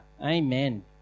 Amen